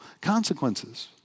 consequences